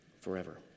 forever